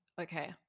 okay